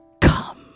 come